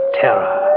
terror